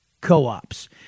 co-ops